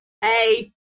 Hey